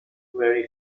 very